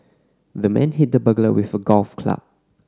the man hit the burglar with a golf club